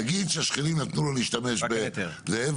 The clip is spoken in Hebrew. נגיד שהשכנים נתנו לו להשתמש בזה,